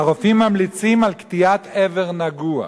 "הרופאים ממליצים על קטיעת איבר נגוע"